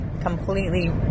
completely